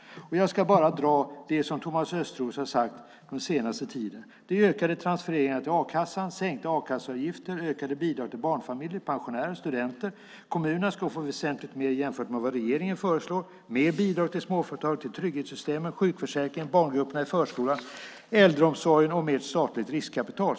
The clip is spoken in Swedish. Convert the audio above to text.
Jag ska bara ta upp det som Thomas Östros har sagt den senaste tiden. Det är ökade transfereringar till a-kassan, sänkta a-kasseavgifter, ökade bidrag till barnfamiljer, pensionärer, studenter, kommunerna ska få väsentligt mer jämfört med vad regeringen föreslår, mer bidrag till småföretag och till trygghetssystemen, sjukförsäkringen, barngrupperna i förskolan, äldreomsorgen och mer statligt riskkapital.